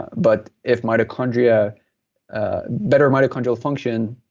but if mitochondria better mitochondrial function,